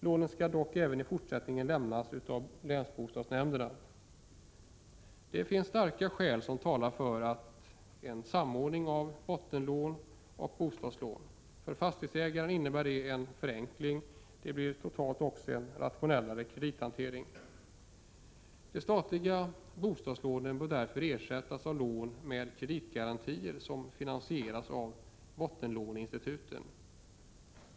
Lånen skall dock även i fortsättningen lämnas av länsbostadsnämnderna. Det finns starka skäl som talar för en samordning av bottenlån och bostadslån. För fastighetsägaren innebär detta en förenkling. Det blir totalt också en rationellare kredithantering. De statliga bostadslånen bör därför ersättas av lån med kreditgarantier som finansieras av bottenlåneinstituten.